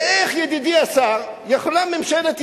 ואיך, ידידי השר, יכלה ממשלת ישראל,